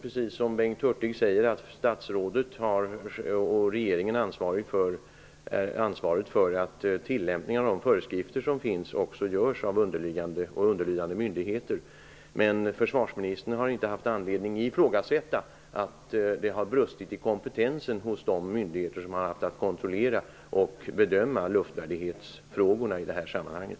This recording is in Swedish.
Regeringen och statsrådet ansvarar, som Bengt Hurtig sade, för att tillämpningen av de föreskrifter som finns görs av underlydande myndigheter. Men försvarsministern har inte haft anledning att ifrågasätta om det har brustit i kompetensen hos de myndigheter som har haft att kontrollera och bedöma luftvärdighetsfrågorna i det här sammanhanget.